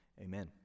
amen